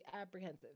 apprehensive